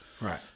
Right